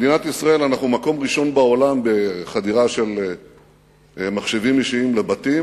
מדינת ישראל היא מקום ראשון בעולם בחדירה של מחשבים אישיים לבתים.